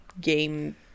game